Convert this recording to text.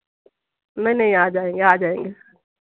नहीं नहीं आ जाएंगे आ जाएंगे